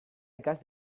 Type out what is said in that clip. ikas